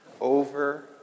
over